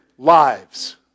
Lives